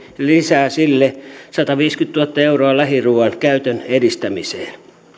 lisää sille sataviisikymmentätuhatta euroa lähiruoan käytön edistämiseen